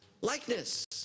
likeness